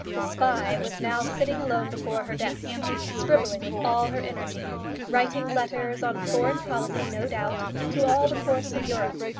the spy was now sitting alone before her desk, scribbling with all her energy writing letters on foreign policy, no doubt, to all the courts of europe,